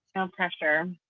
no pressure.